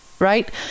right